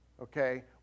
okay